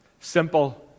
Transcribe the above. Simple